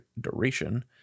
duration